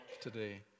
today